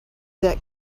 that